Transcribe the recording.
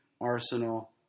Arsenal